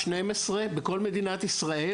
12 בכל מדינת ישראל.